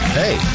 hey